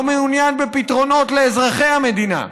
לא מעוניין בפתרונות לאזרחי המדינה.